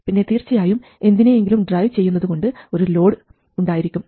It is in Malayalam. പിന്നെ തീർച്ചയായും എന്തിനെയെങ്കിലും ഡ്രൈവ് ചെയ്യുന്നതുകൊണ്ട് ഒരു ലോഡ് ഉണ്ടായിരിക്കും